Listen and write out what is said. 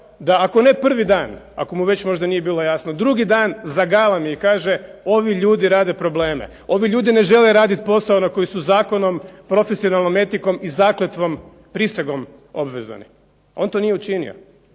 da ako ne prvi dan, ako mu već nije bilo jasno, drugi dan zagalami i kaže ovi ljudi rade probleme, ovi ljudi ne žele raditi posao na koji su zakonom, profesionalnom etikom i zakletvom, prisegom obvezani. On to nije učinio